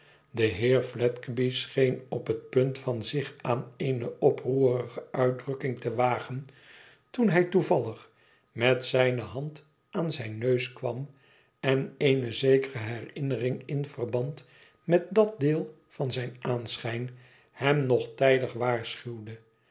de heer fledgeby scheen op het punt van zich aan eenc oproerige uitdrukking te wagen toen hij toevallig met zijne hand aan zijn neus kwam en eene zekere herinnering in verband met dat deel van zijn aanschijn hem nog tijdig waarschuwde